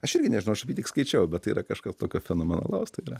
aš irgi nežinau aš apie jį tik skaičiau bet tai yra kažkas tokio fenomenalaus tai yra